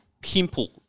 pimple